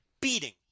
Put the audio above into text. beating